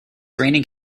raining